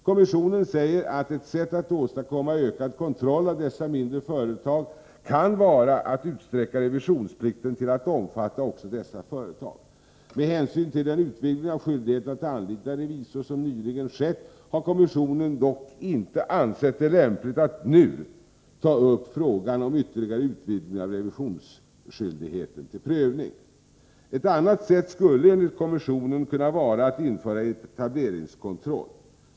Kommissionen säger att ett sätt att åstadkomma ökad kontroll av dessa mindre företag kan vara att utsträcka revisionsplikten till att omfatta också dessa företag. Med hänsyn till den utvidgning av skyldigheten att anlita revisor som nyligen skett har kommissionen dock inte ansett det lämpligt att nu ta upp frågan om ytterligare utvidgning av revisionsskyldigheten till prövning. Ett annat sätt skulle enligt kommissionen kunna vara att införa etableringskontroll.